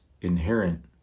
inherent